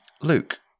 Luke